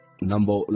number